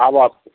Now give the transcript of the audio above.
अब